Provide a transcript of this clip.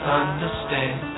understand